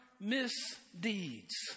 misdeeds